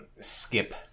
skip